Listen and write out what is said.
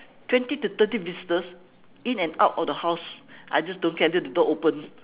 twenty to thirty visitors in and out of the house I just don't care I leave the door open